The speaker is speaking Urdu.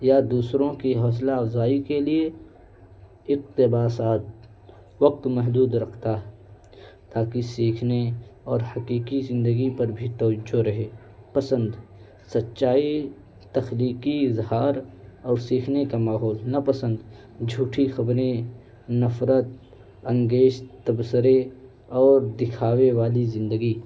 یا دوسروں کی حوصلہ افزائی کے لیے اقتباسات وقت محدود رکھتا ہے تاکہ سیکھنے اور حقیقی زندگی پر بھی توجہ رہے پسند سچائی تخلیقی اظہار اور سیکھنے کا ماحول نا پسند جھوٹی خبریں نفرت انگیز تبصرے اور دکھاوے والی زندگی